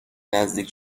نزدیک